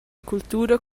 cultura